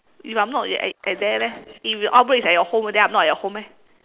if I'm not at at there leh if the outbreak is at your home then I'm not at your home eh